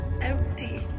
empty